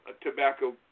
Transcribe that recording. tobacco